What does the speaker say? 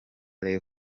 rev